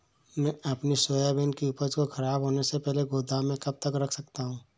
मैं अपनी सोयाबीन की उपज को ख़राब होने से पहले गोदाम में कब तक रख सकता हूँ?